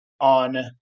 on